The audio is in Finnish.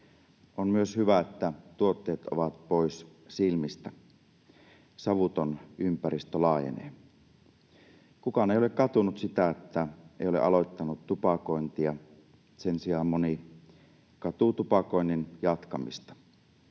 On myös hyvä, että tuotteet ovat pois silmistä. Savuton ympäristö laajenee. Kukaan ei ole katunut sitä, että ei ole aloittanut tupakointia. Sen sijaan moni katuu tupakoinnin jatkamista.